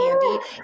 candy